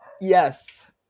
Yes